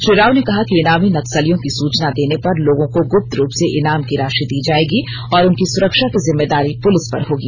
श्री राव ने कहा कि इनामी नक्सलियों की सूचना देने पर लोगों को गुप्त रूप से इनाम की राशि दी जाएगी और उनकी सुरक्षा की जिम्मेदारी पुलिस पर होगी